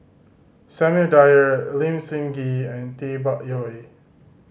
Samuel Dyer Lim Sun Gee and Tay Bak Koi